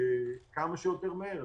כמה שיותר מהר,